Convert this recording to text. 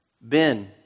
Ben